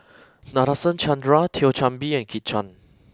Nadasen Chandra Thio Chan Bee and Kit Chan